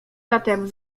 zatem